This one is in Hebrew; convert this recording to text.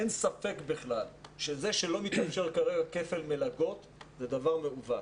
אין ספק בכלל שזה שלא מאפשרים כרגע כפל מלגות זה דבר מעוות.